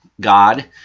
God